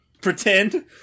Pretend